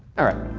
alright,